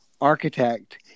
architect